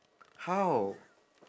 how